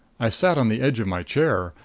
i sat on the edge of my chair,